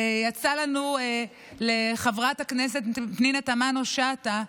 ויצא לנו, לחברת הכנסת פנינה תמנו שטה,